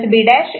C0 B'